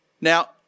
Now